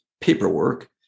paperwork